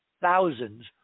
thousands